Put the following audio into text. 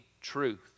truth